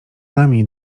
najmniej